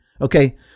Okay